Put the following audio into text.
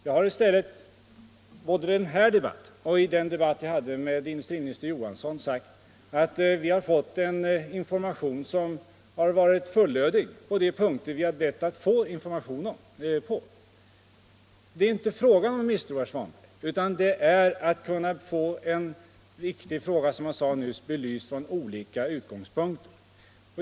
Jag har i stället både i denna debatt och i debatten med industriminister Johansson sagt att vi har fått en fullödig information på de punkter som vi har bett att få information om. Det är inte fråga om misstro, herr Svanberg, utan avsikten är, som jag sade nyss, att få en viktig fråga belyst från olika utgångspunkter.